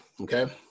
okay